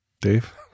Dave